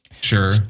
Sure